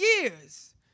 years